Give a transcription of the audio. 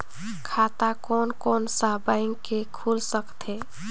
खाता कोन कोन सा बैंक के खुल सकथे?